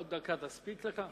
עוד דקה תספיק לך?